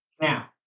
now